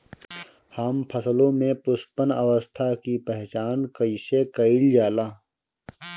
हम फसलों में पुष्पन अवस्था की पहचान कईसे कईल जाला?